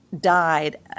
died